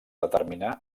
determinar